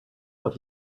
what